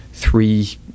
Three